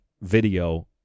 video